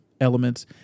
elements